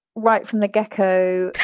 right from the gecko.